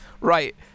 Right